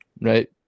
right